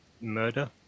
murder